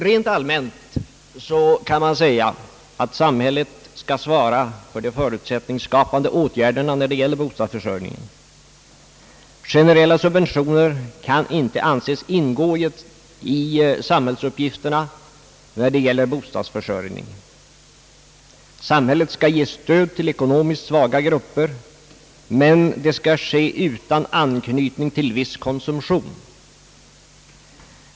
Rent allmänt kan man säga att samhället skall svara för de förutsättningsskapande åtgärderna när det gäller bostadsförsörjningen. Generella subventioner kan inte anses ingå i samhällsuppgifterna på bostadsförsörjningens område. Samhället skall ge stöd till ekonomiskt svaga grupper, men detta måste ske utan anknytning till viss konsumtion.